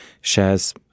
shares